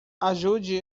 ajude